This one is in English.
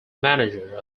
manager